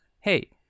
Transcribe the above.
hey